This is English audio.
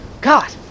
god